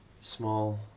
small